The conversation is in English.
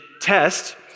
test